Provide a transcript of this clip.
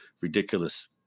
ridiculous